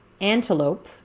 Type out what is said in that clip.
Antelope